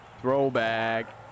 Throwback